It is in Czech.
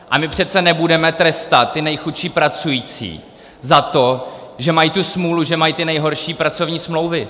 A my přece nebudeme trestat ty nejchudší pracující za to, že mají tu smůlu, že mají ty nejhorší pracovní smlouvy.